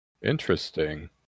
Interesting